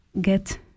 get